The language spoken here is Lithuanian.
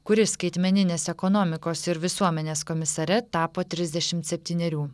kuri skaitmeninės ekonomikos ir visuomenės komisare tapo trisdešimt septynerių